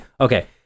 Okay